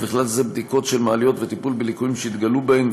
ובכלל זה בדיקות של מעליות וטיפול בליקויים שהתגלו בהם,